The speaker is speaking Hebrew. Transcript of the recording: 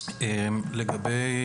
לגבי